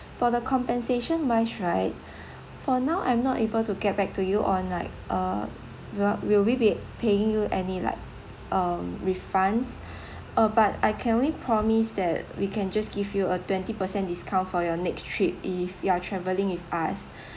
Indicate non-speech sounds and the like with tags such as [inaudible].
for the compensation wise right [breath] for now I'm not able to get back to you on like uh we are will we be paying you any like um refunds [breath] uh but I can only promise that we can just give you a twenty percent discount for your next trip if you are traveling with us [breath]